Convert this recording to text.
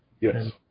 Yes